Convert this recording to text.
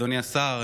אדוני השר,